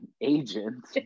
agent